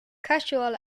casual